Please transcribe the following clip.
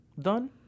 done